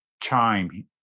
chime